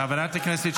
חברת הכנסת שטרית.